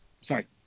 Sorry